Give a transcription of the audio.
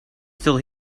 still